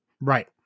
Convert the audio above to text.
Right